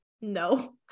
no